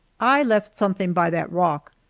i left something by that rock.